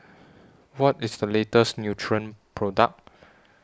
What IS The latest Nutren Product